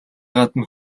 гадна